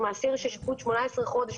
אם האסיר ששפוט 18 חודש,